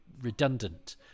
redundant